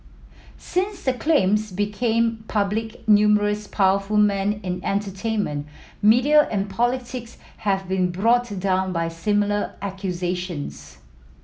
since the claims became public numerous powerful men in entertainment media and politics have been brought down by similar accusations